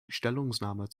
stellungnahme